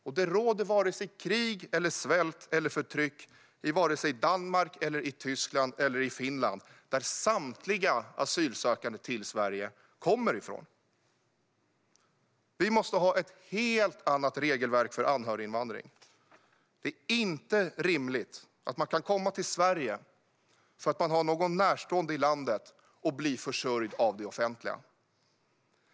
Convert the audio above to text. Det råder inte vare sig krig, svält eller förtryck i vare sig Danmark, Tyskland eller Finland, som samtliga asylsökande som kommer till Sverige kommer från. Vi måste ha ett helt annat regelverk för anhöriginvandring. Det är inte rimligt att man kan komma till Sverige för att man har någon närstående i landet och bli försörjd av det offentliga.